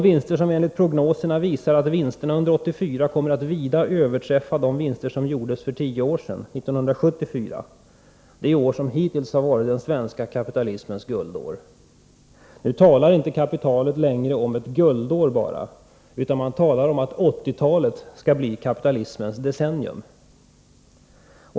Prognoserna visar att vinsterna under 1984 kommer att vida överträffa de vinster som gjordes för tio år sedan, 1974 — det år som hittills varit den svenska kapitalismens guldår. Nu talar inte kapitalet längre om ett guldår bara, utan om att 1980-talet skall bli kapitalismens decennium.